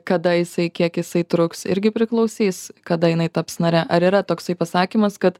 kada jisai kiek jisai truks irgi priklausys kada jinai taps nare ar yra toksai pasakymas kad